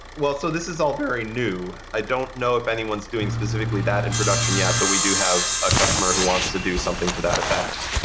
well, so this is all very new. i don't know if anyone's doing specifically that in production yet, but we do have a customer who wants to do something to that effect.